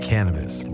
Cannabis